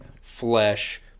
flesh